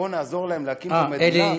בואו נעזור להם להקים מדינה,